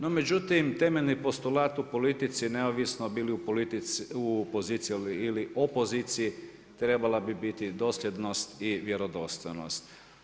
No međutim, temeljni postulat u politici neovisno bili u poziciji ili opoziciji trebala bi biti dosljednost i vjerodostojnost.